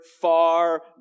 far